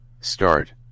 Start